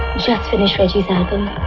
finish reggie's album.